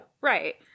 right